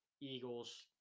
Eagles –